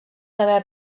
haver